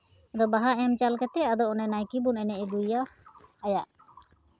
ᱟᱫᱚ ᱵᱟᱦᱟ ᱮᱢ ᱪᱟᱞ ᱠᱟᱛᱮᱫ ᱟᱫᱚ ᱚᱱᱮ ᱱᱟᱭᱠᱮ ᱵᱚᱱ ᱮᱱᱮᱡ ᱟᱹᱜᱩᱭᱮᱭᱟ ᱟᱭᱟᱜ